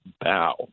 bow